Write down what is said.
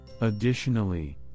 Additionally